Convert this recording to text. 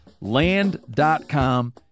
land.com